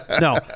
no